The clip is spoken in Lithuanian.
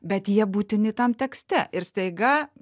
bet jie būtini tam tekste ir staiga